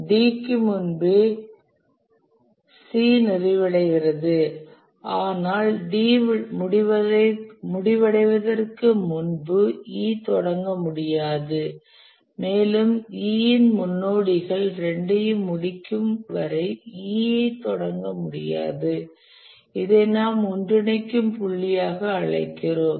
D க்கு முன்பே C நிறைவடைகிறது ஆனால் D முடிவடைவதற்கு முன்பு E தொடங்க முடியாது மேலும் E இன் முன்னோடிகள் இரண்டையும் முடிக்கும் வரை E ஐ தொடங்க முடியாது இதை நாம் ஒன்றிணைக்கும் புள்ளியாக அழைக்கிறோம்